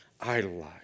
idolized